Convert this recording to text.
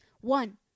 one